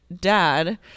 dad